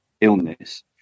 illness